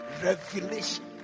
revelation